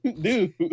dude